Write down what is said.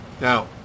Now